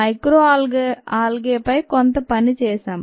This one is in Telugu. మైక్రోఆల్గే పై కొంత పని చేశాం